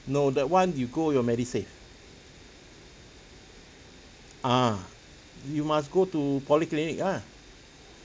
no that one you go your medisave ah you must go to polyclinic lah